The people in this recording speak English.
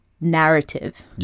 narrative